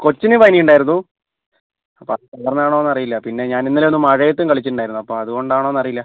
കൊച്ചിന് പനിയുണ്ടായിരുന്നു അപ്പോൾ അത് കാരണം ആണോ എന്ന് അറിയില്ല പിന്നെ ഞാൻ ഇന്നലെയൊന്ന് മഴയത്തും കളിച്ചിട്ടുണ്ടായിരുന്നു അപ്പോൾ അതുകൊണ്ടാണൊന്നും അറിയില്ല